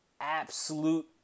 absolute